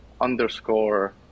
underscore